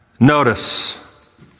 Notice